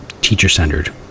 teacher-centered